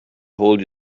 hold